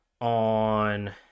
on